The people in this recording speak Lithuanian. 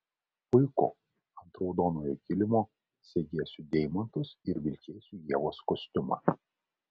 puiku ant raudonojo kilimo segėsiu deimantus ir vilkėsiu ievos kostiumą